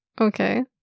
Okay